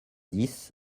dix